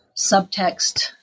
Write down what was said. subtext